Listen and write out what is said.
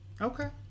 okay